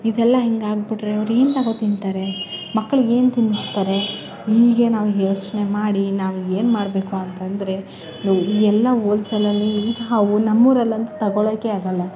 ಇದೆಲ್ಲ ಹಿಂಗೆ ಆಗಿಬಿಟ್ರೆ ಅವ್ರೇನು ತಗೊ ತಿಂತಾರೆ ಮಕ್ಳಿಗೇನು ತಿನ್ನಿಸ್ತಾರೆ ಹೀಗೆ ನಾವು ಯೋಚನೆ ಮಾಡಿ ನಾವೇನು ಮಾಡಬೇಕು ಅಂತ ಅಂದ್ರೆ ಎಲ್ಲ ಓಲ್ಸೇಲ್ ಅಲ್ಲಿ ನಮ್ಮೂರಲ್ಲಂತೂ ತಗೊಳ್ಳೋಕೆ ಆಗೋಲ್ಲ